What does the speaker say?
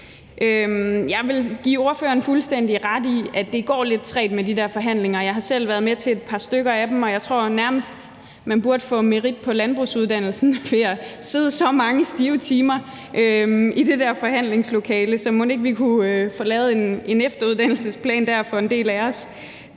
Jeg vil give ordføreren fuldstændig ret i, at det går lidt trægt med de der forhandlinger, og jeg har selv været med til et par stykker af dem, og jeg tror nærmest, man burde få merit på landbrugsuddannelsen ved at sidde så mange stive timer i det der forhandlingslokale. Så mon ikke vi kunne få lavet en efteruddannelsesplan der for en del af os?